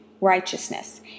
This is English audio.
righteousness